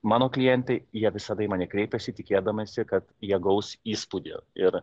mano klientai jie visada į mane kreipiasi tikėdamiesi kad jie gaus įspūdį ir